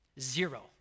Zero